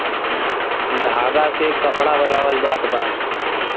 धागा से कपड़ा बनावल जात बा